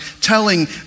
telling